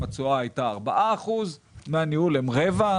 והתשואה הייתה 4%. דמי הניהול הם רבע,